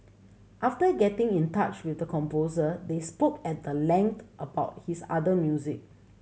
after getting in touch with the composer they spoke at the length about his other music